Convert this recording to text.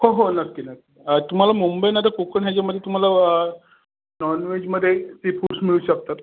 हो हो नक्की न तुमाला मुंबईमध्ये कोकण ह्याच्यामध्ये तुम्हाला नॉनवेजमध्ये सी फूड्स मिळू शकतात